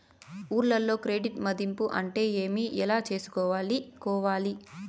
ఊర్లలో క్రెడిట్ మధింపు అంటే ఏమి? ఎలా చేసుకోవాలి కోవాలి?